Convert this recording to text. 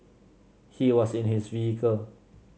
he was in his vehicle